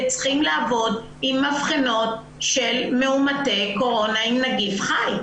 צריכים לעבוד עם מבחנות של מאומתי קורונה עם נגיף חי.